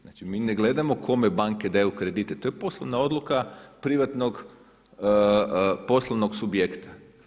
Znači mi ne gledamo kome banke daju kredite, to je poslovna odluka privatnog, poslovnog subjekta.